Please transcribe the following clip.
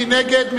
מי נגד?